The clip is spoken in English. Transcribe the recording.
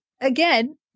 again